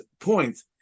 point